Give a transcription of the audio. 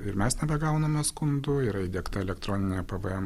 ir mes nebegauname skundų yra įdiegta elektroninė pvm